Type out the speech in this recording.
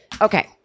Okay